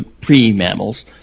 pre-mammals